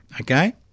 okay